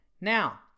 Now